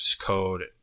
code